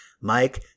mike